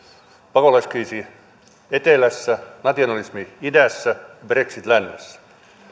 pakolaiskriisi etelässä nationalismi idässä brexit lännessä